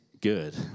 good